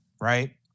right